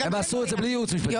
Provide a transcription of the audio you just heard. הם עשו את זה בלי ייעוץ משפטי.